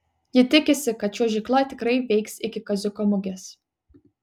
ji tikisi kad čiuožykla tikrai veiks iki kaziuko mugės